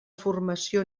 formació